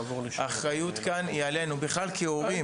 האחריות כאן היא עלינו בכלל כהורים.